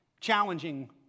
challenging